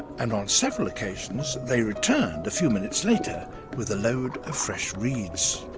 and on several occasions, they returned a few minutes later with a load of fresh reeds.